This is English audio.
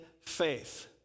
faith